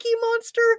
Monster